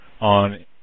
on